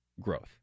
growth